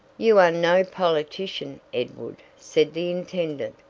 you are no politician, edward, said the intendant,